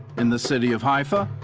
in the city of haifa,